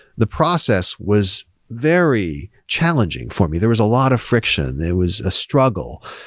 the process was very challenging for me. there was a lot of friction. there was a struggle.